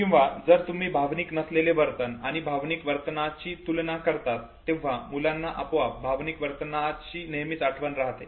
किंवा जर तुम्ही भावनिक नसलेले वर्तन आणि भावनिक वर्तनाची तुलना करतात तेव्हा मुलांना आपोआपच भावनिक वर्तनाची नेहमीच आठवण राहते